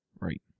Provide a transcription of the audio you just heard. Right